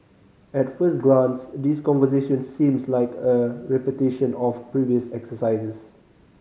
at first glance these conversations seems like a repetition of previous exercises